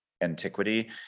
antiquity